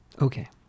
Okay